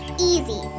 Easy